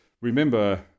remember